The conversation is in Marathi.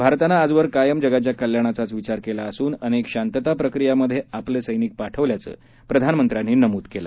भारतानं आजवर कायम जगाच्या कल्याणाचाच विचार केला असून अनेक शांतता प्रकियामध्ये आपले सैनिक पाठवल्याचं प्रधानमंत्र्यांनी यावेळी सांगितलं